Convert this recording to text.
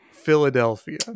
philadelphia